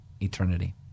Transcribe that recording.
eternity